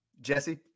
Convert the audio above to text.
Jesse